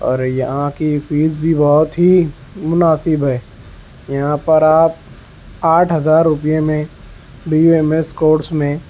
اور یہاں کی فیس بھی بہت ہی مناسب ہے یہاں پر آپ آٹھ ہزار روپئے میں B U M S course میں